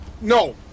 No